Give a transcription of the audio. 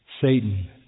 Satan